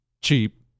cheap